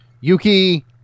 Yuki